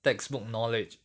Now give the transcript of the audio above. textbook knowledge